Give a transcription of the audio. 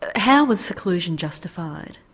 ah how was seclusion justified?